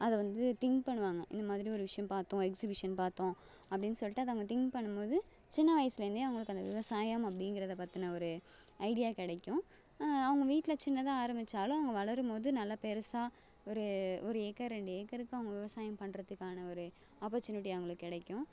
அதை வந்து திங்க் பண்ணுவாங்க இந்த மாதிரி ஒரு விஷயம் பார்த்தோம் எக்ஸிபிஷன் பார்த்தோம் அப்படின்னு சொல்லிவிட்டு அதை அவங்கள் திங்க் பண்ணணும் போது சின்ன வயசிலேருந்தே அவர்களுக்கு அந்த விவசாயம் அப்படிங்கறத பற்றின ஒரு ஐடியா கிடைக்கும் அவங்கள் வீட்டில் சின்னதாக ஆரம்பித்தாலும் அவங்கள் வளரும்போது நல்ல பெருசாக ஒரு ஒரு ஏக்கர் ரெண்டு ஏக்கருக்கு அவங்கள் விவசாயம் பண்ணுறதுக்கான ஒரு ஆப்பர்சூனிட்டி அவர்களுக்கு கிடைக்கும்